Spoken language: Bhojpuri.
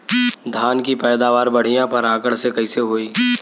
धान की पैदावार बढ़िया परागण से कईसे होई?